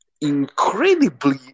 incredibly